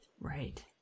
Right